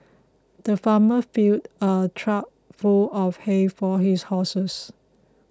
the farmer filled a trough full of hay for his horses